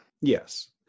yes